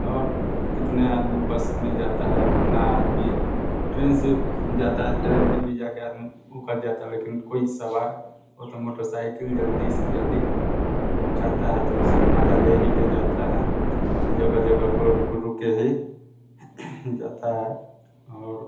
और कितने आदमी बस में जाता है कितना आदमी ट्रेन से जाता है ट्रेन में भी जाके आदमी मुकर जाता है लेकिन कोई सवार हो तो मोटरसाइकिल जल्दी से जल्दी पहुँचाता है तो उस मजा ले ही के जाता है और जगह जगह पर रुके है जाता है और